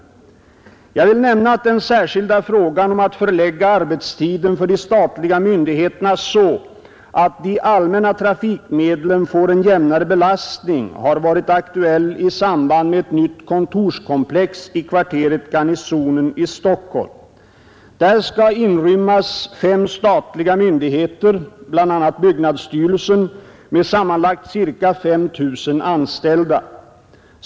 Jag vill nämna att den särskilda frågan om att förlägga arbetstiden för de statliga myndigheterna så, att de allmänna trafikmedlen får en jämnare 29 belastning, har varit aktuell i samband med ett nytt kontorskomplex i kvarteret Garnisonen i Stockholm. Där skall inrymmas fem statliga myndigheter — bl.a. byggnadsstyrelsen — med sammanlagt ca 5 000 anställda.